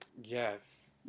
Yes